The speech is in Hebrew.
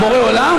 אורן, אורן.